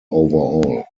overall